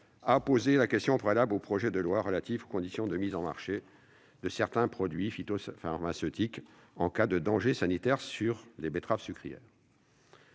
opposer la question préalable au projet de loi relatif aux conditions de mise sur le marché de certains produits phytopharmaceutiques en cas de danger sanitaire pour les betteraves sucrières.